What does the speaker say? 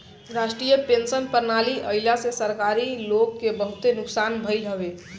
राष्ट्रीय पेंशन प्रणाली आईला से सरकारी लोग के बहुते नुकसान भईल हवे